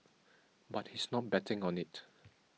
but he's not betting on it